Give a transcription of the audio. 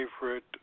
favorite